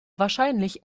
wahrscheinlich